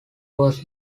was